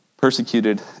persecuted